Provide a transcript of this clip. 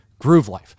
GrooveLife